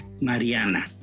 Mariana